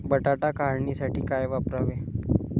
बटाटा काढणीसाठी काय वापरावे?